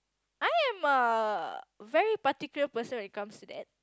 I am a very particular person when it comes to that